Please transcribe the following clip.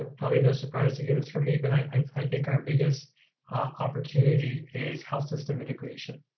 um probably no surprise to hear this from me, but i think our biggest opportunity is health system integration.